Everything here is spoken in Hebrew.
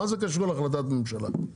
מה זה קשור להחלטת ממשלה?